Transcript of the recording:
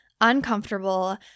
uncomfortable